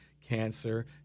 cancer